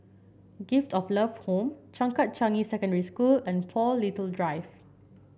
Gift of Love Home Changkat Changi Secondary School and Paul Little Drive